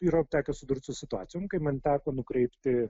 yra tekę susidurti su situacija kai man teko nukreipti